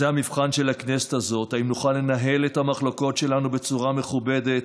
זה המבחן של הכנסת הזאת: האם נוכל לנהל את המחלוקות שלנו בצורה מכובדת?